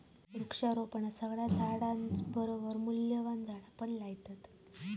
वृक्षारोपणात सगळ्या झाडांसोबत मूल्यवान झाडा पण लावतत